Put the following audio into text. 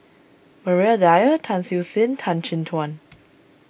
Maria Dyer Tan Siew Sin Tan Chin Tuan